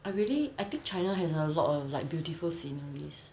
I really I think china has a lot of like beautiful sceneries